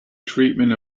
treatment